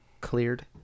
cleared